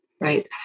Right